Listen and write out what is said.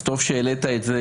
טוב שהעלית את זה,